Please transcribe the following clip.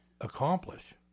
accomplish